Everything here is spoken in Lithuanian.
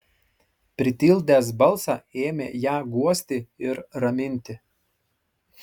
pritildęs balsą ėmė ją guosti ir raminti